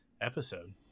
episode